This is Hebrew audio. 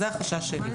זה החשש שלי.